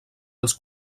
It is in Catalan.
als